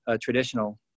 traditional